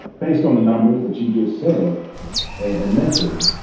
based on the numbers that you just said and mention,